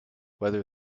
whether